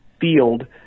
field